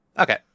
Okay